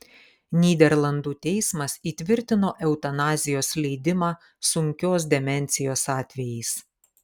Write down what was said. nyderlandų teismas įtvirtino eutanazijos leidimą sunkios demencijos atvejais